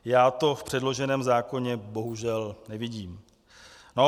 Já to v předloženém zákoně bohužel nevidím.